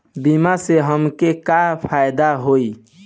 बीमा से हमके का फायदा होई?